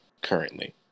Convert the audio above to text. currently